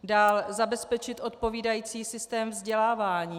Dále zabezpečit odpovídající systém vzdělávání.